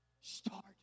Start